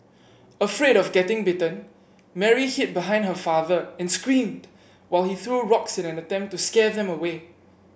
afraid of getting bitten Mary hid behind her father and screamed while he threw rocks in an attempt to scare them away